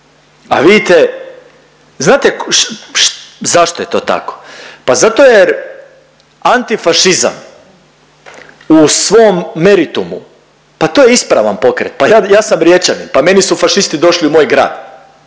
A vidite, znate zašto je to tako? Pa zato jer antifašizam u svom meritumu pa to je ispravan pokret, pa ja sam Riječanin pa meni su fašisti došli u moj grad.